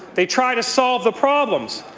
they try to solve the problems.